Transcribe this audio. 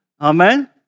Amen